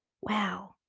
Wow